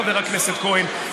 חבר הכנסת כהן,